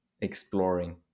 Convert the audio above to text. exploring